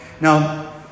Now